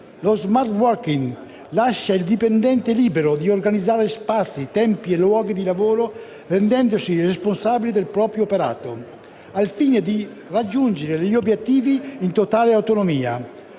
*smart working*, che lascia il dipendente libero di organizzare spazi, tempi e luoghi di lavoro, rendendosi responsabile del proprio lavoro al fine di raggiungere gli obiettivi in totale autonomia.